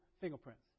fingerprints